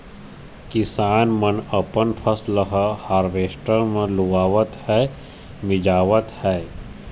किसान मन अपन फसल ह हावरेस्टर म लुवावत हे, मिंजावत हे